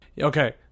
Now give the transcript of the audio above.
Okay